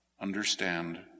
understand